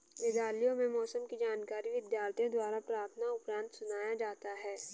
विद्यालयों में मौसम की जानकारी विद्यार्थियों द्वारा प्रार्थना उपरांत सुनाया जाता है